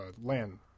Land